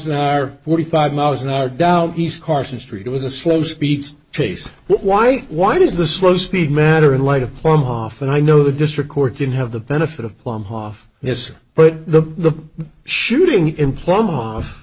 an hour forty five miles an hour down east carson street it was a slow speed chase why why does the slow speed matter in light of plum hof and i know the district court didn't have the benefit of plum hoff this but the shooting in plum